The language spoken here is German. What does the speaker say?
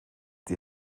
die